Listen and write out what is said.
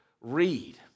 read